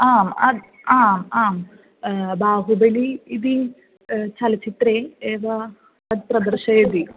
आम् अद् आम् आम् बाहुबलि इति चलचित्रे एव अत्र दर्शयति